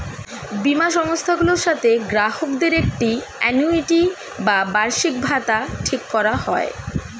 বীমা সংস্থাগুলোর সাথে গ্রাহকদের একটি আ্যানুইটি বা বার্ষিকভাতা ঠিক করা হয়